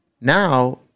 Now